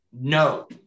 no